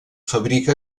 fabrica